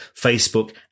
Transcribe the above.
Facebook